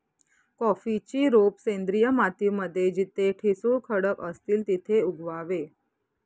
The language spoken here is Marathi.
कॉफीची रोप सेंद्रिय माती मध्ये जिथे ठिसूळ खडक असतील तिथे उगवावे